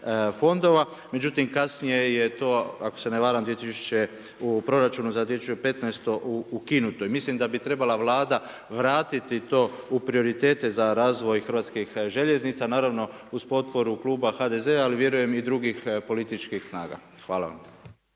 fondova. Međutim, kasnije je to ako se ne varam u proračunu za 2015. ukinuto. I mislim da bi trebala Vlada vratiti to u prioritete za razvoj Hrvatskih željeznica, naravno uz potporu kluba HDZ-a ali vjerujem i drugih političkih snaga. Hvala vam.